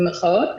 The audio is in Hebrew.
במרכאות,